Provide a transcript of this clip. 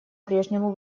прежнему